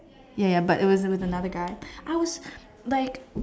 ya ya but it was with another guy I was like